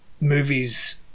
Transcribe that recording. movies